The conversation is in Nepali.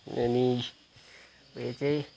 अनि उयो चाहिँ